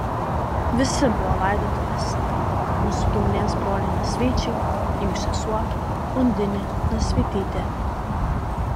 visi buvo laidotuvėse mūsų giminės broliai nasvyčiai jų sesuo undinė nasvytytė